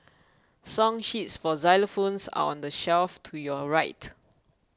song sheets for xylophones are on the shelf to your right